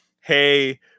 hey